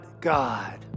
God